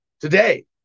today